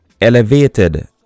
elevated